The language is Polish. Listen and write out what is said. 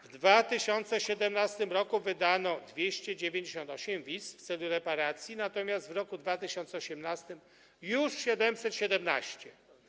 W 2017 r. wydano 298 wiz w celu repatriacji, natomiast w roku 2018 już 717.